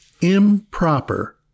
improper